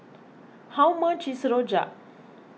how much is Rojak